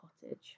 cottage